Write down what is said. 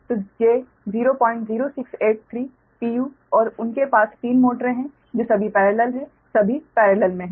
तो j00683 pu और उनके पास तीन मोटरें हैं जो सभी पेरेलल हैं सभी पेरेलल में हैं